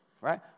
right